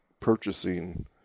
purchasing